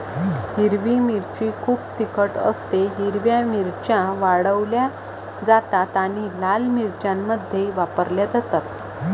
हिरवी मिरची खूप तिखट असतेः हिरव्या मिरच्या वाळवल्या जातात आणि लाल मिरच्यांमध्ये वापरल्या जातात